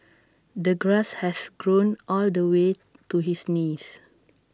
the grass has grown all the way to his knees